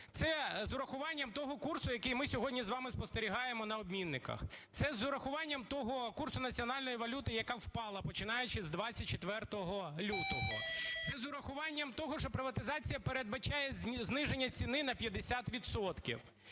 Це з урахуванням того курсу, який ми сьогодні з вами спостерігаємо на обмінниках. Це з урахуванням того курсу національної валюти, яка впала, починаючи з 24 лютого. Це з урахуванням того, що приватизація передбачає зниження ціни на 50